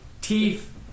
teeth